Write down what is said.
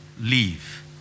leave